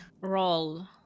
Roll